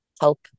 help